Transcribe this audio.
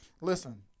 listen